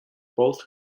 both